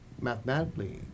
Mathematically